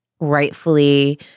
rightfully